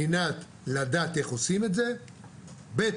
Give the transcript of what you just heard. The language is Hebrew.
מבחינת לדעת איך עושים את זה; ב',